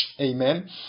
Amen